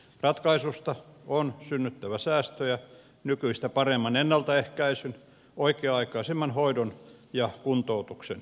ratkaisusta on synnyttävä säästöjä nykyistä paremman ennaltaehkäisyn oikea aikaisemman hoidon ja kuntoutuksen myötä